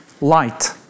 light